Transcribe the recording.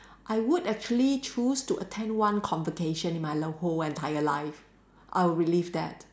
I would actually choose to attend one convocation in my l~ whole entire life I would relive that